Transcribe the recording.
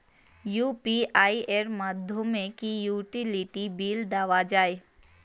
UPI এর মাধ্যমে কি ইউটিলিটি বিল দেওয়া যায়?